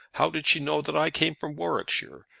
how did she know that i came from warwickshire?